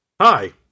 Hi